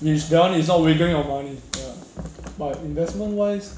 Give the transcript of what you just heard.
which that one is not wagering of money ya but investment wise